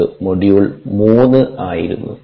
അത് മൊഡ്യൂൾ മൂന്ന് ആയിരുന്നു